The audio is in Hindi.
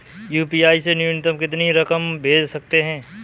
यू.पी.आई से न्यूनतम कितनी रकम भेज सकते हैं?